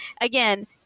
Again